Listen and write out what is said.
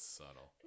subtle